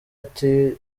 ati